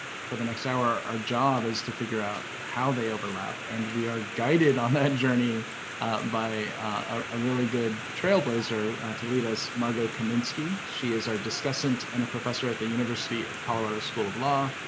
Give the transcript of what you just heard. for the next hour, our job is to figure out how they overlap. and we are guided on that journey by a really good trailblazer to lead us, margot kaminski. she is our discussant and a professor at the university of colorado school of law.